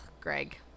Greg